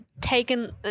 taken